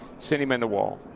sent him in the wall.